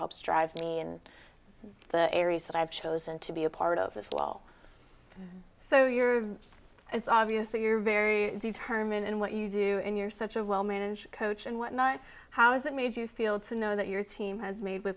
helps drive me in the areas that i've chosen to be a part of as well so you're it's obviously you're very determined and what you do and you're such a well managed coach and whatnot how has it made you feel to know that your team has made